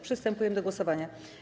Przystępujemy do głosowania.